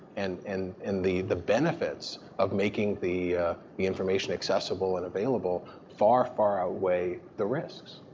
and and and the the benefits of making the the information accessible and available far, far outweigh the risks.